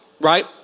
right